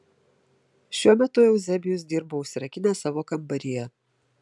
šiuo metu euzebijus dirbo užsirakinęs savo kambaryje